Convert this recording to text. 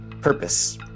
purpose